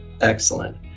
Excellent